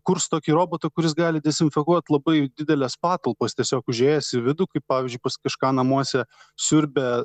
kurs tokį robotą kuris gali dezinfekuot labai dideles patalpas tiesiog užėjęs į vidų kaip pavyzdžiui pas kažką namuose siurbia